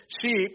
sheep